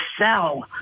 sell